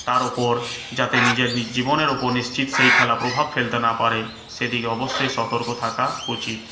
তার উপর যাতে নিজের জীবনের উপর নিশ্চিত সেই খেলা প্রভাব ফেলতে না পারে সেইদিকে অবশ্যই সতর্ক থাকা উচিত